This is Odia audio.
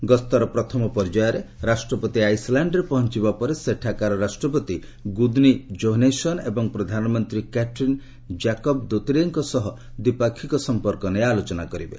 ଏହି ଗସ୍ତର ପ୍ରଥମ ପର୍ଯ୍ୟାୟରେ ରାଷ୍ଟ୍ରପତି ଆଇସ୍ଲାଣ୍ଡରେ ପହଞ୍ଚିବା ପରେ ସେଠାକାର ରାଷ୍ଟ୍ରପତି ଗ୍ରଦନି ଜୋହାନେସନ୍ ଏବଂ ପ୍ରଧାନମନ୍ତ୍ରୀ କାଟ୍ରିନ୍ କ୍ୟାକବ୍ ଦୋତିରଙ୍କ ସହ ଦ୍ୱିପାକ୍ଷିକ ସମ୍ପର୍କ ନେଇ ଆଲୋଚନା କରିବେ